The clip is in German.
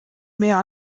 mehr